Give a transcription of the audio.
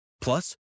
Plus